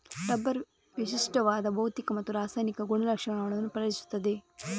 rubber ವಿಶಿಷ್ಟವಾದ ಭೌತಿಕ ಮತ್ತು ರಾಸಾಯನಿಕ ಗುಣಲಕ್ಷಣಗಳನ್ನು ಪ್ರದರ್ಶಿಸುತ್ತದೆ